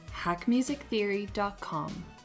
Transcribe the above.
hackmusictheory.com